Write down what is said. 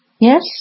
yes